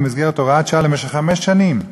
במסגרת הוראת שעה למשך חמש שנים,